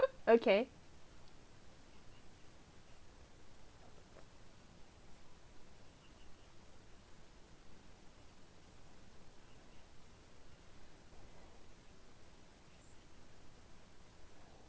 okay